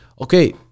Okay